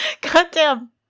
Goddamn